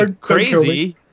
crazy